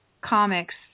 comics